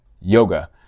yoga